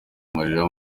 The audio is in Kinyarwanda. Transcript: amarira